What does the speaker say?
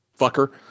fucker